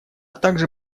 также